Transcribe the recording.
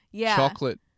chocolate